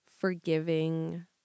forgiving